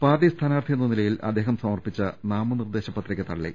party സ്ഥാനാർത്ഥി എന്ന നിലയിൽ അദ്ദേഹം സമർപ്പിച്ച നാമ നിർദേശ പത്രിക തള്ളി